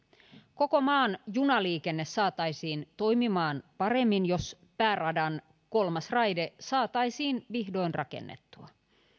koko maan junaliikenne saataisiin toimimaan paremmin jos pääradan kolmas raide saataisiin vihdoin rakennettua